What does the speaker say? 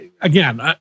again